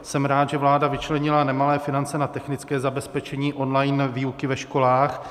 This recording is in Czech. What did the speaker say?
Jsem rád, že vláda vyčlenila nemalé finance na technické zabezpečení online výuky ve školách.